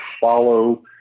follow